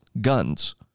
guns